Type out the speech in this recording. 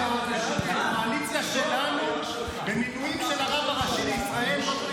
שלנו במינויים של הרב הראשי לישראל?